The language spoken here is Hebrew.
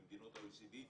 במדינות ה-OECD,